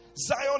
Zion